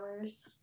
hours